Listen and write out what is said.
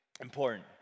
important